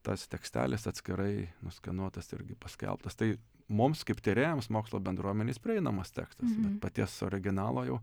tas tekstelis atskirai nuskenuotas irgi paskelbtas tai mums kaip tyrėjams mokslo bendruomenei jis prieinamas tekstas bet paties originalo jau